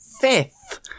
fifth